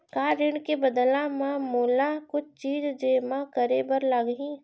का ऋण के बदला म मोला कुछ चीज जेमा करे बर लागही?